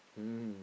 mm